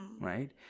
Right